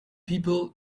people